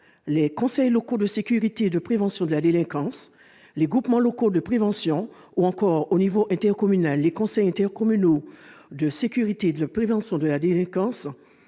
les conseils locaux de sécurité et de prévention de la délinquance, les CLSPD, les groupes locaux de prévention, les GLP, ou encore, au niveau intercommunal, les conseils intercommunaux de sécurité et de prévention de la délinquance,